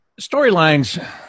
Storylines